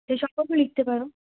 সে সম্পর্কেও লিখতে পারো